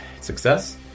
Success